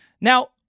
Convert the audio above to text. Now